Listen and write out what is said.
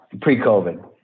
pre-COVID